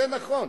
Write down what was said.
זה נכון.